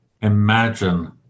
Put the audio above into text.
imagine